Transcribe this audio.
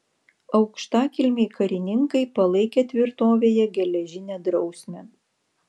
aukštakilmiai karininkai palaikė tvirtovėje geležinę drausmę